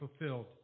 fulfilled